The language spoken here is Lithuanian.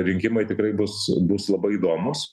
rinkimai tikrai bus bus labai įdomūs